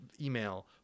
email